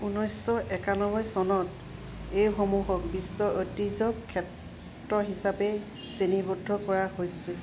ঊনৈছশ একানব্বৈ চনত এইসমূহক বিশ্ব ঐতিহ্য ক্ষেত্ৰ হিচাপে শ্ৰেণীবদ্ধ কৰা হৈছিল